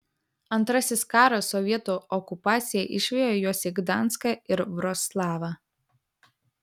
antrasis karas sovietų okupacija išvijo juos į gdanską ir vroclavą